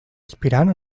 aspirant